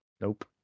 nope